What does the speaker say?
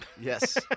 Yes